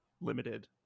Limited